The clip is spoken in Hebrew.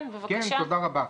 כן, בבקשה.